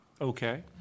Okay